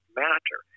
matter